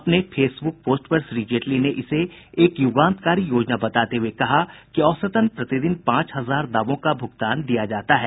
अपने Facebook post पर श्री जेटली ने इसे एक युगांतरकारी योजना बताते हुए कहा कि औसतन प्रतिदिन पांच हजार दावों का भुगतान दिया जाता है